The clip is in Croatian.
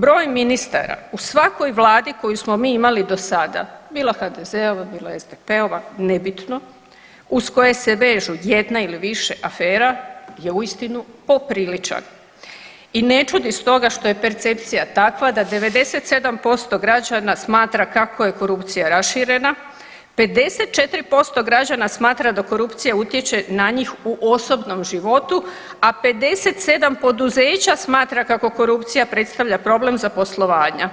Broj ministara u svakoj vladi koju smo mi imali do sada, bilo HDZ-ova, bilo SDP-ova, nebitno, uz koje se vežu jedna ili više afera je uistinu popriličan i ne čudi stoga što je percepcija takva da 97% građana smatra kako je korupcija raširena, 54% građana smatra da korupcija utječe na njih u osobnom životu, a 57% poduzeća smatra kako korupcija predstavlja problem za poslovanja,